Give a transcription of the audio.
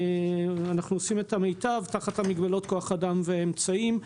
ואנחנו עושים את המיטב תחת מגבלות כוח אדם ואמצעים.